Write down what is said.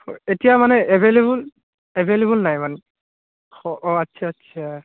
এতিয়া মানে available available নাই মানে অঁ অঁ আচ্ছা আচ্ছা